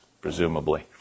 presumably